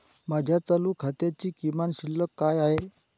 माझ्या चालू खात्याची किमान शिल्लक काय आहे?